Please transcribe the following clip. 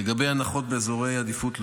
לגבי הנחות באזורי עדיפות לאומית,